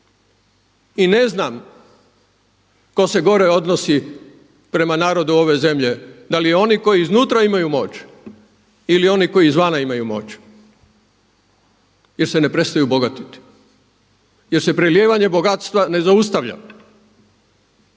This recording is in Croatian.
I ne znam ko se gore odnosi prema narodu ove zemlje da li oni koji iznutra imaju moć ili oni koji izvana imaju moć jer se ne prestaju bogatiti, jer se prelijevanje bogatstva ne zaustavlja.